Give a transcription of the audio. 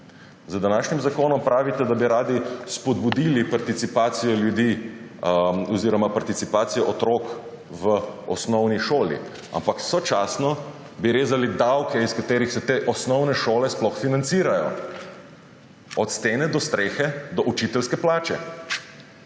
Z današnjim zakonom pravite, da bi radi spodbudili participacijo ljudi oziroma participacijo otrok v osnovni šoli, ampak sočasno bi rezali davke, iz katerih se te osnovne šole sploh financirajo, od stene do strehe, do učiteljske plače.